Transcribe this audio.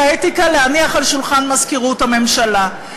האתיקה ולהניח על שולחן מזכירות הממשלה.